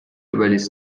überließ